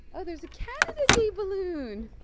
oh, there's a canada day balloon.